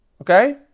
okay